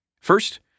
First